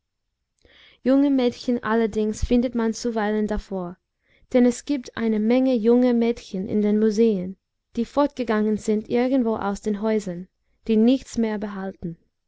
junge mädchen allerdings findet man zuweilen davor denn es giebt eine menge junger mädchen in den museen die fortgegangen sind irgendwo aus den häusern die nichts mehr behalten